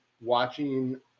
Watching